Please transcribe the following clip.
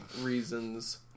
reasons